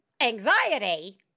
anxiety